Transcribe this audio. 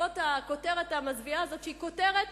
בעקבות הכותרת המזוויעה הזאת שהיא כותרת